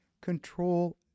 Control